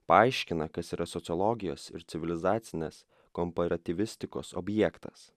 paaiškina kas yra sociologijos ir civilizacinės komparatyvistikos objektas